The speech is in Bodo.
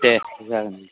देह जागोन दे